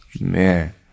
Man